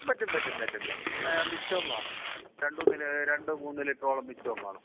പറ്റും പറ്റും പറ്റും പറ്റും മിച്ചവും കാണും രണ്ട് മൂന്ന് ലിറ്ററോളം മിച്ചവും കാണും